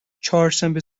چهارشنبه